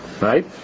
Right